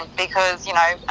because, you know,